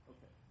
Okay